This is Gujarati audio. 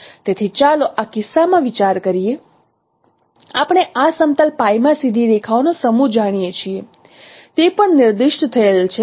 તેથી ચાલો આ કિસ્સામાં વિચાર કરીએ આપણે આ સમતલ માં સીધી રેખાઓનો સમૂહ જાણીએ છીએ તે પણ નિર્દિષ્ટ થયેલ છે